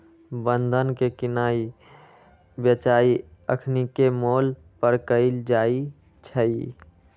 बन्धन के किनाइ बेचाई अखनीके मोल पर कएल जाइ छइ